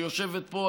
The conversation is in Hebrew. שיושבת פה,